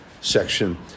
section